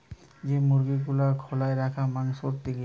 যে মুরগি গুলা খোলায় রাখে মাংসোর লিগে